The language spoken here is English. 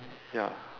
ya